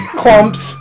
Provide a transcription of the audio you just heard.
clumps